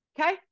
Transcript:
Okay